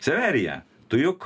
severija tu juk